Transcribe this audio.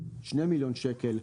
2 מיליון שקל.